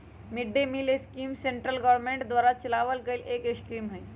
mid day meal scheme central government द्वारा चलावल गईल एक स्कीम हई